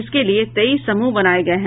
इसके लिए तेईस समूह बनाये गये हैं